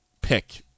pick